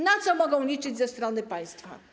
Na co mogą liczyć ze strony państwa?